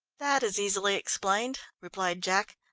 that is easily explained, replied jack.